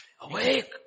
Awake